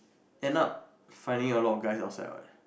end up finding a lot of guys ourself leh